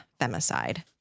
Femicide